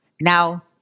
Now